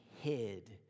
hid